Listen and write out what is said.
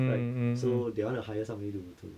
like so they want to hire somebody to to